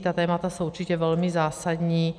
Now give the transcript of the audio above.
Ta témata jsou určitě velmi zásadní.